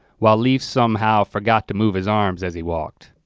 while leaf somehow forgot to move his arms as he walked.